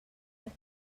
per